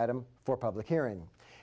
item for public airing